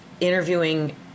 interviewing